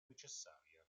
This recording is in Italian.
necessaria